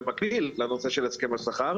במקביל לנושא של השכר,